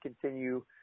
continue